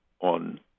on